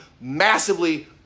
massively